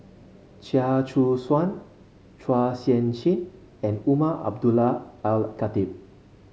Chia Choo Suan Chua Sian Chin and Umar Abdullah Al Khatib